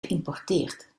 geïmporteerd